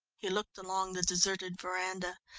he looked along the deserted veranda.